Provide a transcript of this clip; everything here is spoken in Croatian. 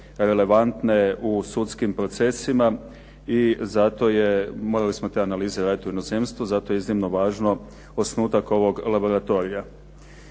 relevantne u sudskim procesima i zato je, morali smo te analize raditi u inozemstvu. Zato je iznimno važno osnutak ovog laboratorija.